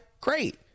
Great